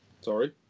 Sorry